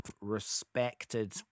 respected